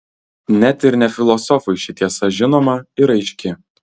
net ir ne filosofui ši tiesa žinoma ir aiški